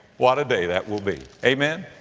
what a day that will be. amen?